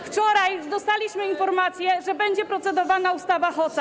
Wczoraj dostaliśmy informację, że będzie procedowana ustawa Hoca.